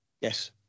yes